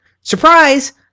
Surprise